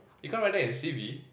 you can't write that in your c_v